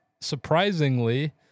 surprisingly